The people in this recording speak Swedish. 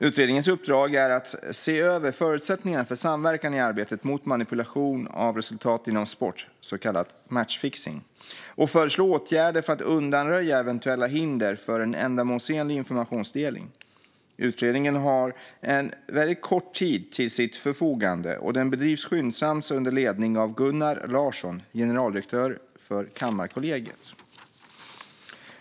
Utredningens uppdrag är att se över förutsättningarna för samverkan i arbetet mot manipulation av resultat inom sport, så kallad matchfixning, och föreslå åtgärder för att undanröja eventuella hinder för en ändamålsenlig informationsdelning. Utredningen har en väldigt kort tid till sitt förfogande, och den bedrivs skyndsamt under ledning av Gunnar Larsson, generaldirektör för Kammarkollegiet.